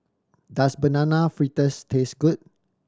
does Banana Fritters taste good